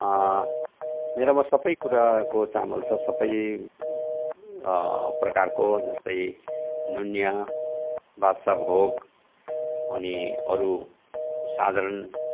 मेरोमा सबै कुराको चामल छ सबै प्रकारको जस्तै नुनिया बादसाह भोग अनि अरू साधारण